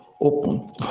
open